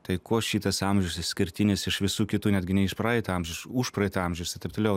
tai kuo šitas amžius išskirtinis iš visų kitų netgi ne iš praeito amžiaus užpraeito amžiaus ir taip toliau